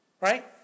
right